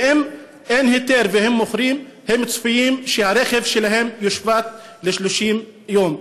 ואם אין היתר והם מוכרים הם צפויים לכך שהרכב שלהם יושבת ל-30 יום.